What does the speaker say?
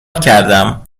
کردم